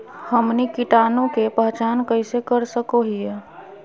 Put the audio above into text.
हमनी कीटाणु के पहचान कइसे कर सको हीयइ?